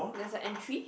there is a entry